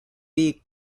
league